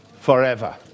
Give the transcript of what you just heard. forever